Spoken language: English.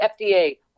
FDA